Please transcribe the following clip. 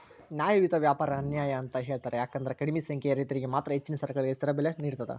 ನ್ಯಾಯಯುತ ವ್ಯಾಪಾರ ಅನ್ಯಾಯ ಅಂತ ಹೇಳ್ತಾರ ಯಾಕಂದ್ರ ಕಡಿಮಿ ಸಂಖ್ಯೆಯ ರೈತರಿಗೆ ಮಾತ್ರ ಹೆಚ್ಚಿನ ಸರಕುಗಳಿಗೆ ಸ್ಥಿರ ಬೆಲೆ ನೇಡತದ